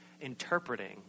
interpreting